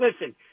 listen